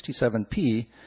67P